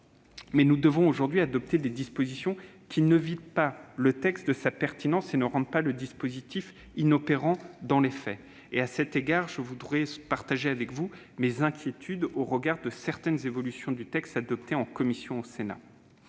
étant, nous devons aujourd'hui adopter des dispositions qui ne vident pas le texte de sa pertinence et ne rendent pas le dispositif inopérant dans les faits. De ce point de vue, permettez-moi de partager avec vous mes inquiétudes au regard de certaines évolutions du texte adoptées en commission au Sénat.